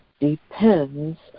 depends